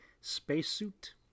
spacesuit